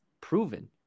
proven